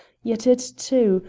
yet it, too,